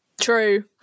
True